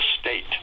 state